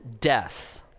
death